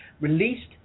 released